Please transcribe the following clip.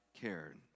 cared